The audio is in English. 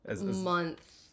month